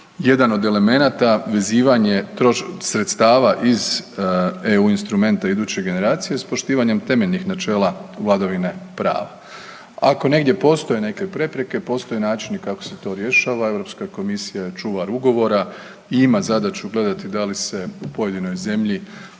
jedan od elemenata vezivanje sredstava iz eu instrumenta iduće generacije s poštivanjem temeljnih načela vladavine prava. Ako negdje postoje neke prepreke, postoje načini kako se to rješava, Europska komisija je čuvar ugovora i ima zadaću gledati da li se u pojedinoj zemlji